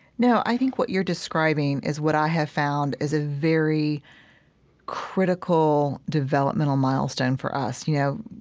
no. i think what you're describing is what i have found as a very critical developmental milestone for us. you know,